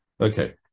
Okay